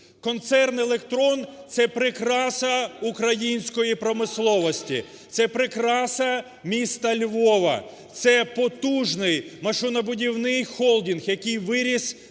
Концерн "Електрон" – це прикраса української промисловості, це прикраса міста Львова, це потужний машинобудівний холдинг, який виріс з